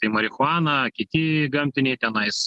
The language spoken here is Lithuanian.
tai marichuana kiti gamtiniai tenais